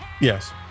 Yes